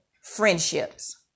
friendships